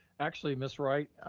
actually ms. wright,